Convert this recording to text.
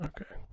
Okay